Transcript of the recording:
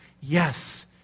yes